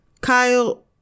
Kyle